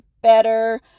better